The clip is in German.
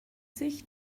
sich